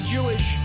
Jewish